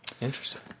interesting